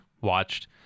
watched